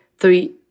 three